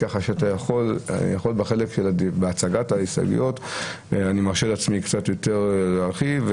כך שבהצגת ההסתייגויות אני מרשה לעצמי קצת יותר להרחיב,